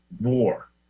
war